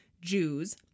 Jews